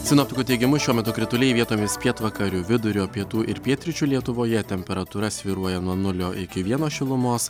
sinoptikų teigimu šiuo metu krituliai vietomis pietvakarių vidurio pietų ir pietryčių lietuvoje temperatūra svyruoja nuo nulio iki vieno šilumos